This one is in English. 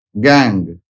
gang